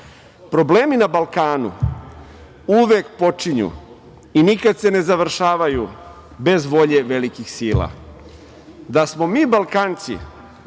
moguće. Problemi na Balkanu uvek počinju i nikad se ne završavaju bez volje velikih sila. Da smo mi Balkanci